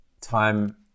time